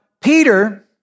Peter